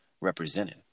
represented